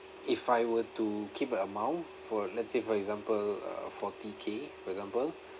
if I were to keep the amount for let's say for example uh forty K for example